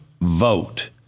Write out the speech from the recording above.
vote